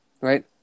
Right